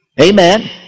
Amen